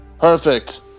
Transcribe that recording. Perfect